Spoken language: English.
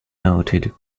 noted